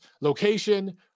location